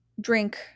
Drink